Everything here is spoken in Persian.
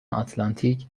آتلانتیک